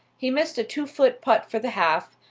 he missed a two-foot putt for the half,